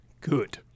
Good